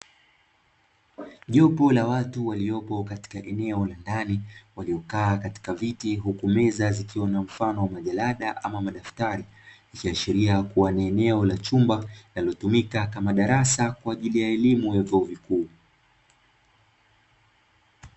Jopo la watu waliopo katika eneo la ndani waliokaa katika viti, huku meza zikiwa na mfano wa majalada ama madaftari, ikiashiria kuwa ni eneo la chumba linalotumika kama darasa, kwa ajili ya elimu ya vyuo vikuu.